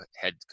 head